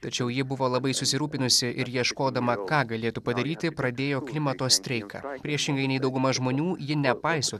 tačiau ji buvo labai susirūpinusi ir ieškodama ką galėtų padaryti pradėjo klimato streiką priešingai nei dauguma žmonių ji nepaiso